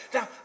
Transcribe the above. Now